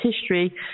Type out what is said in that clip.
history